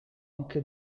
anche